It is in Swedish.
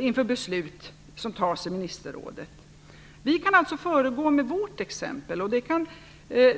inför beslut som tas i ministerrådet. Vi kan alltså föregå med vårt exempel.